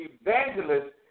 evangelist